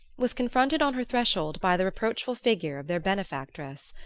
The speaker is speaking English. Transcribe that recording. was confronted on her threshold by the reproachful figure of their benefactress.